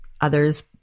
others